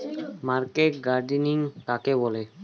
Market gardening কাকে বলে?